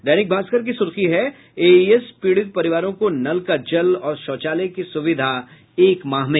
दैनिक भास्कर की सुर्खी है एईएस पीड़ित परिवारों को नल का जल और शौचालय की सुविधा एक माह में